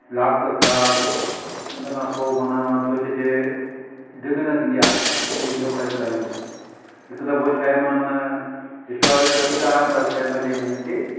lock ख़राब उन खां पोइ माना सोचजे दिलि ई न थींदी आहे ॿियो ख़रीद करण जो हिकु दफ़ो शइ माना मां विश्वास ते वठी त आयुमि पर शइ मज़े जी न निकती